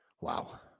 Wow